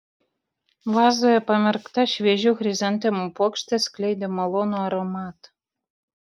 vazoje pamerkta šviežių chrizantemų puokštė skleidė malonų aromatą